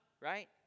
right